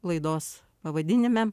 laidos pavadinime